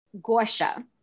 Gosha